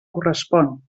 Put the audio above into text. correspon